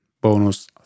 bonus